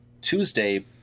Tuesday